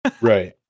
Right